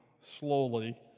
slowly